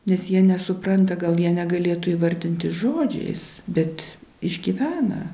nes jie nesupranta gal jie negalėtų įvardinti žodžiais bet išgyvena